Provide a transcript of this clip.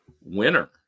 winner